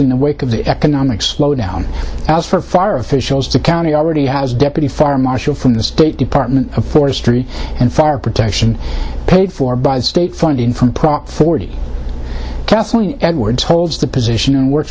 in the wake of the economic slowdown as for fire officials the county already has deputy foreign marshal from the state department of forestry and fire protection paid for by state funding from prop forty kathleen edwards holds the position and works